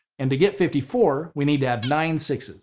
and to get fifty four, we need to have nine six s,